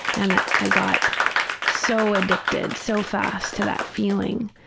and i got so addicted so fast to that feeling,